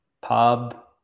pub